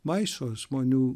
maišo žmonių